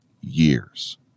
years